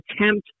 attempt